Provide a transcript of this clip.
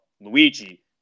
Luigi